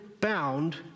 bound